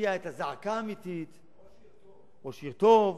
מביע את הזעקה האמיתית ראש עיר טוב.